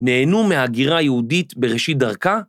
נהנו מההגירה היהודית בראשית דרכה